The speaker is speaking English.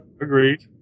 Agreed